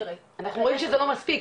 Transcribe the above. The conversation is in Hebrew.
תראי --- אנחנו רואים שזה לא מספיק.